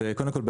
קודם כל,